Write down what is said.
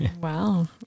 Wow